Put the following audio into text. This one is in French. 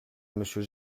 monsieur